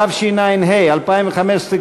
התשע"ה 2015,